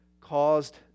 caused